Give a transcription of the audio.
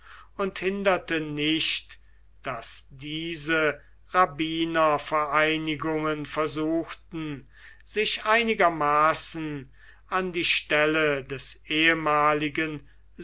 und hinderte nicht daß diese rabbinervereinigungen versuchten sich einigermaßen an die stelle des ehemaligen